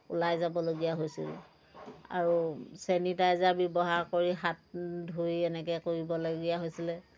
ওলাই যাবলগীয়া হৈছিল আৰু ছেনিটাইজাৰ ব্যৱহাৰ কৰি হাত ধুই এনেকৈ কৰিবলগীয়া হৈছিলে